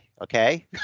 okay